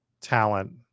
talent